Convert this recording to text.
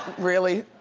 really?